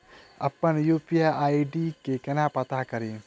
अप्पन UPI ID केना पत्ता कड़ी?